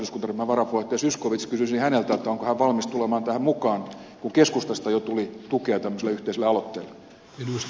zyskowicz kysyisin häneltä onko hän valmis tulemaan tähän mukaan kun keskustasta jo tuli tukea tämmöiselle yhteiselle aloitteelle